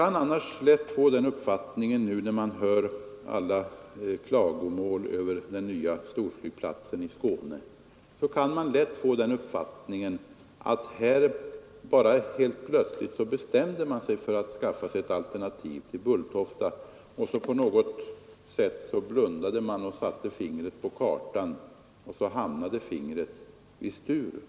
När vi nu hör alla klagomål över den nya storflygplatsen i Skåne kan man lätt få den uppfattningen att vi bara helt plötsligt bestämde oss för att skaffa ett alternativ till Bulltofta, och att vi då blundade och satte fingret på kartan — och så råkade fingret hamna just på Sturup.